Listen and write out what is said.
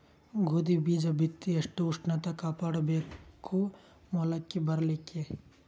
ಗೋಧಿ ಬೀಜ ಬಿತ್ತಿ ಎಷ್ಟ ಉಷ್ಣತ ಕಾಪಾಡ ಬೇಕು ಮೊಲಕಿ ಬರಲಿಕ್ಕೆ?